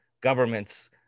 governments